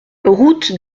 route